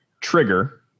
trigger